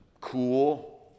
cool